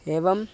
एवम्